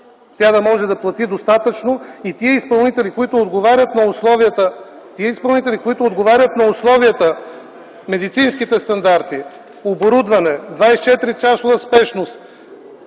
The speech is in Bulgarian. тя да може да плати достатъчно и тези изпълнители, които отговарят на условията: медицинските стандарти, оборудване, 24-часова спешност,